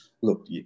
look